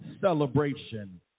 celebration